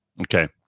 Okay